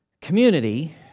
community